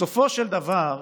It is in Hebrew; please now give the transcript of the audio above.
בסופו של דבר,